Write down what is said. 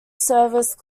service